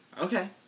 okay